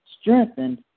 strengthened